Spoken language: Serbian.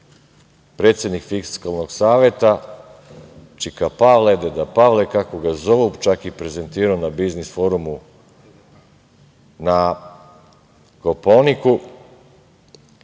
predsednik Fiskalnog saveta, čika Pavle, deda Pavle, kako ga zovu, čak i prezentirao na Biznis forumu na Kopaoniku. Isto